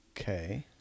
Okay